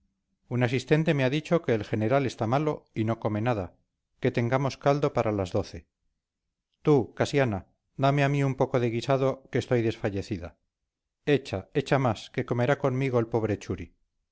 un asistente me ha dicho que el general está malo y no come nada que tengamos caldo para las doce tú casiana dame a mí un poco de guisado que estoy desfallecida echa echa más que comerá conmigo el pobre churi